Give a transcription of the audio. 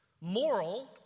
Moral